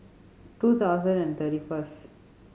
two thousand and thirty first